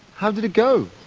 how did it go?